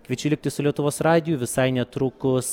kviečiu likti su lietuvos radiju visai netrukus